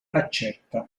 accetta